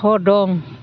थदं